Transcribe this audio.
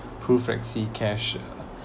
pruflexicash